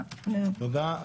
תודה.